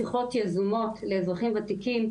חוויית השירות,